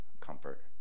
comfort